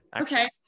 Okay